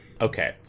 Okay